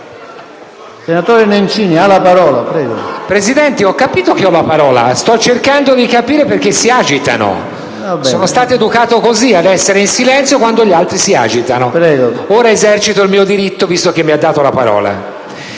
Signor Presidente, ho capito che ho la parola. Sto cercando di capire perché si agitano. Sono stato educato così, a rimanere in silenzio quando gli altri si agitano. Ora esercito il mio diritto, visto che mi ha dato la parola.